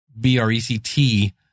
B-R-E-C-T